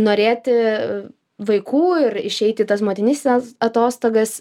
norėti vaikų ir išeiti į tas motinystės atostogas